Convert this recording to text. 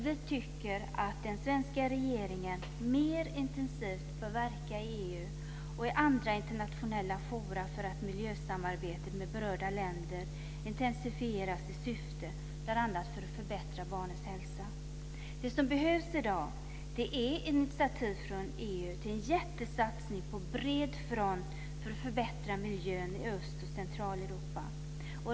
Vi tycker att den svenska regeringen mer intensivt bör verka i EU och i andra internationella forum för att miljösamarbetet med berörda länder ska intensifieras i syfte att bl.a. förbättra barnens hälsa. Det som behövs i dag är initiativ från EU till en jättesatsning på bred front för att förbättra miljön i Öst och Centraleuropa.